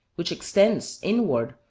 which extends, inward,